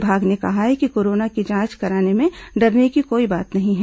विभाग ने कहा है कि कोरोना की जांच कराने में डरने की कोई बात नहीं है